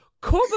cover